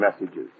messages